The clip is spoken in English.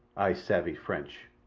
ay savvy franch.